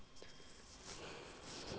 ya lor